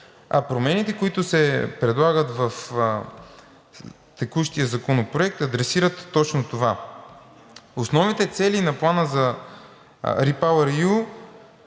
А промените, които се предлагат в текущия законопроект, адресират точно това. Основните цели на Плана REPowerEU